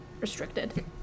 restricted